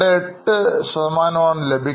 28 ലഭിക്കും